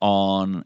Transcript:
on